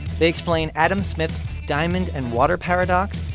they explain adam smith's diamond and water paradox.